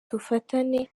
dufatane